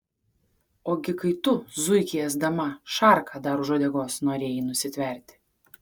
ogi kai tu zuikį ėsdama šarką dar už uodegos norėjai nusitverti